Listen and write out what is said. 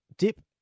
Dip